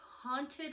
haunted